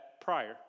prior